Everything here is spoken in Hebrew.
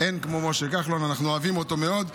אין כמו משה כחלון, אנחנו אוהבים אותו מאוד.